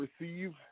receive